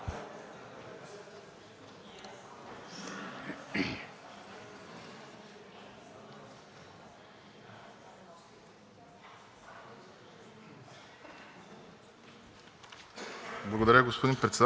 Благодаря, господин Председател. Уважаеми господин Председател, уважаеми господа министри, госпожи и господа народни представители!